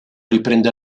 riprende